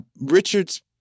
Richards